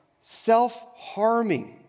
self-harming